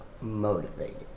motivated